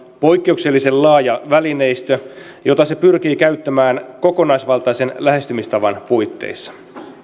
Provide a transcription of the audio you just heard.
poikkeuksellisen laaja välineistö jota se pyrkii käyttämään kokonaisvaltaisen lähestymistavan puitteissa